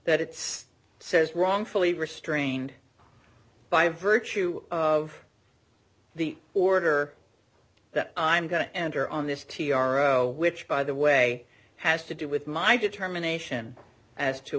still says wrongfully restrained by virtue of the order that i'm going to enter on this t r o which by the way has to do with my determination as to